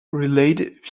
relayed